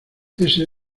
ése